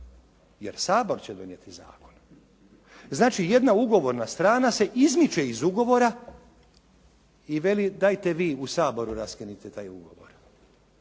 jer Sabor će donijeti zakon. Znači, jedna ugovorna strana se izmiče iz ugovora i veli dajte vi u Saboru raskinite taj ugovor.